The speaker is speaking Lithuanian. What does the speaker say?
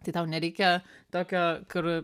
tai tau nereikia tokio kur